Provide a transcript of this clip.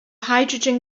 hydrogen